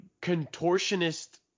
contortionist